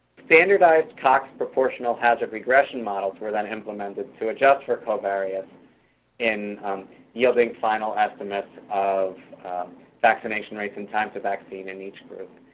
standardized cox proportional hazard regression models were then implemented to adjust for covariates in yielding final estimates of vaccination rates and times of vaccination in each group.